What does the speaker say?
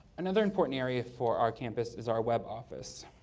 another important area for our campus is our web office.